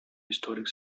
historic